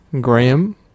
Graham